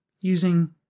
using